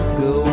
go